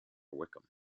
wickham